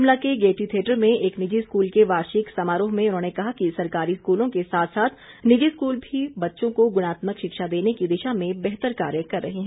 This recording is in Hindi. शिमला के गेयटी थियेटर में एक निजी स्कूल के वार्षिक समारोह में उन्होंने कहा कि सरकारी स्कूलों के साथ साथ निजी स्कूल भी बच्चों को गुणात्मक शिक्षा देने की दिशा में बेहतर कार्य कर रहे हैं